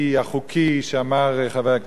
שאמר חבר הכנסת הרב גפני,